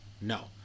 no